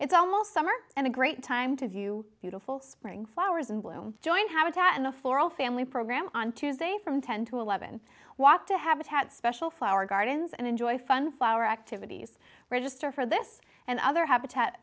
it's almost summer and a great time to view beautiful spring flowers in bloom join habitat in the floral family program on tuesday from ten to eleven walk to habitat special flower gardens and enjoy fun flower activities register for this and other habitat